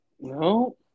No